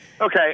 okay